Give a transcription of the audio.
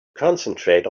concentrate